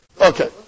Okay